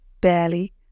Barely